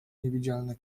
niewidzialne